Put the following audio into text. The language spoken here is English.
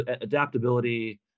adaptability